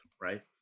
Right